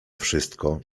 wszystko